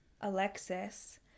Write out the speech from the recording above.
Alexis